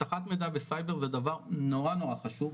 אבטחת מידע וסייבר זה דבר נורא נורא חשוב,